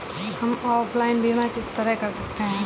हम ऑनलाइन बीमा किस तरह कर सकते हैं?